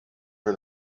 for